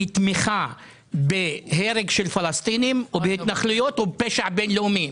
היא תמיכה בהרג של פלסטינים ופשע בין-לאומי.